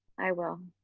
i will.